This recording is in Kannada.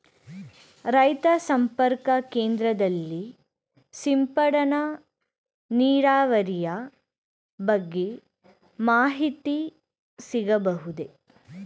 ರೈತ ಸಂಪರ್ಕ ಕೇಂದ್ರದಲ್ಲಿ ಸಿಂಪಡಣಾ ನೀರಾವರಿಯ ಬಗ್ಗೆ ಮಾಹಿತಿ ಸಿಗಬಹುದೇ?